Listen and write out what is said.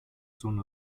zone